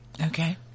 Okay